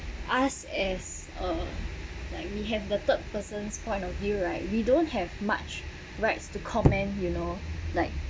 us as uh like we have the third person's point of view right we don't have much rights to comment you know like